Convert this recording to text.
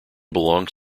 belongs